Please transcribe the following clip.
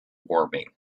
warming